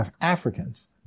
Africans